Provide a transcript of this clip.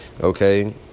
okay